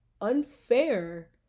unfair